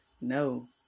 No